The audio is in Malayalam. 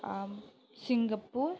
സിങ്കപ്പൂർ